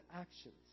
actions